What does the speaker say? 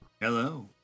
Hello